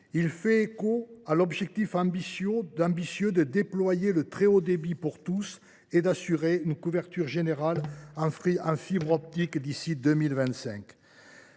rapprocher de l’objectif ambitieux de déployer le très haut débit pour tous et d’assurer une couverture générale en fibre optique du